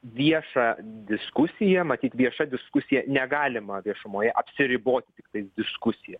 vieša diskusija matyt vieša diskusija negalima viešumoje apsiriboti tiktai diskusija